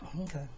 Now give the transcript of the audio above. Okay